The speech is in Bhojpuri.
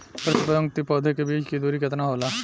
प्रति पंक्ति पौधे के बीच की दूरी केतना होला?